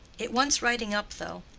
it wants writing up, though.